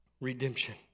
redemption